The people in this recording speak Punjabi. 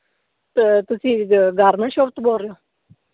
ਤ ਤੁਸੀਂ ਗ ਗਾਰਨਰ ਸ਼ੋਪ ਤੋਂ ਬੋਲ ਰਹੇ ਹੋ